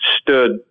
stood